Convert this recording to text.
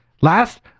Last